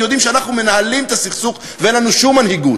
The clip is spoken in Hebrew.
כי יודעים שאנחנו מנהלים את הסכסוך ואין לנו שום מנהיגות.